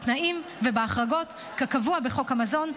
בתנאים ובהחרגות כקבוע בחוק המזון,